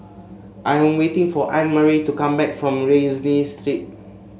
I'm waiting for Annemarie to come back from Rienzi Street